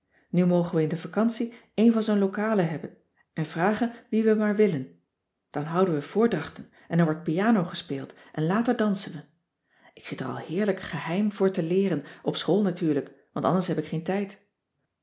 nu mogen we in de vacantie een van zijn lokalen hebben en vragen wie we maar willen dan houden we voordrachten en er wordt piano gespeeld en later dansen cissy van marxveldt de h b s tijd van joop ter heul we ik zit er al heerlijk geheim voor te leeren op school natuurlijk want anders heb ik geen tijd